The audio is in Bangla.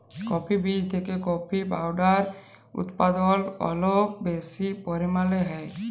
কফি বীজ থেকে কফি পাওডার উদপাদল অলেক বেশি পরিমালে হ্যয়